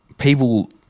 People